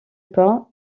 pas